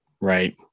Right